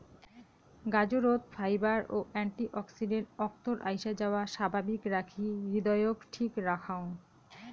গাজরত fibre ও antioxidant অক্তর আইসাযাওয়া স্বাভাবিক রাখি হৃদয়ক ঠিক রাখং